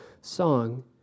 song